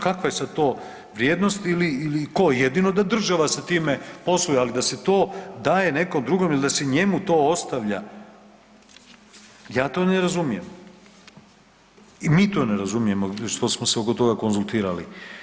Kakva je sada to vrijednost ili ko, jedino da država sa time posluje, ali da se to daje nekom drugom ili da se njemu to ostavlja, ja to ne razumijem i mi to ne razumijemo što smo se oko toga konzultirali.